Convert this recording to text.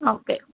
okay